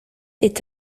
est